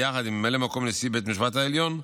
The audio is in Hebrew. ביחד עם ממלא מקום נשיא בית המשפט העליון,